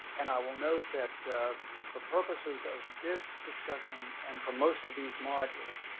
and i will note that for purposes of this discussion and for most of these modules,